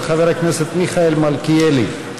של חבר הכנסת מיכאל מלכיאלי.